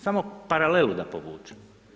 Samo paralelu da povučem.